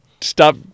stop